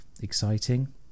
exciting